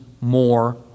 more